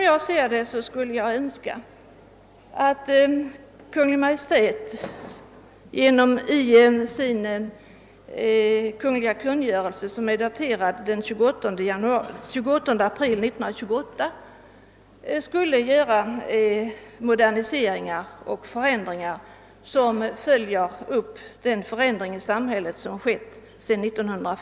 Jag skulle önska att det i den kungl. kungörelsen, som är daterad den 28 april 1928, gjordes moderniseringar som följde upp den förändring som skett i samhället.